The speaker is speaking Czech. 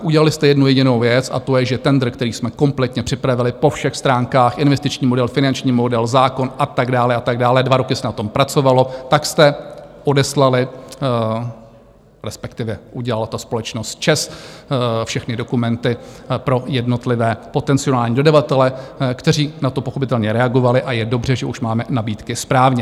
Udělali jste jednu jedinou věc, a to je, že tendr, který jsme kompletně připravili po všech stránkách, investiční model, finanční model, zákon a tak dále, dva roky se na tom pracovalo, tak jste odeslali respektive udělala to společnost ČEZ všechny dokumenty pro jednotlivé potenciální dodavatele, kteří na to pochopitelně reagovali, a je dobře, že už máme nabídky správně.